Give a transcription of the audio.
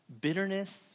bitterness